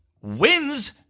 wins